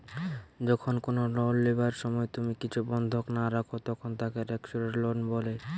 যখন কুনো লোন লিবার সময় তুমি কিছু বন্ধক না রাখো, তখন তাকে সেক্যুরড লোন বলে